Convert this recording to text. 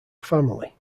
family